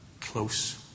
close